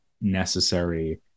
necessary